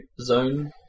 zone